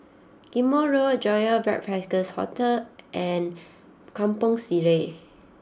Ghim Moh Road Joyfor Backpackers' Hotel and Kampong Sireh